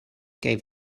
gave